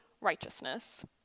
righteousness